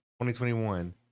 2021